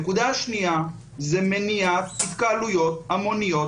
הנקודה השנייה זה מניעת התקהלויות המוניות